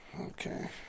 Okay